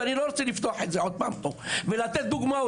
ואני לא רוצה לפתוח את זה עוד פעם פה ולתת דוגמאות.